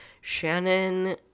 Shannon